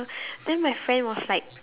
then my friend was like